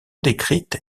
décrite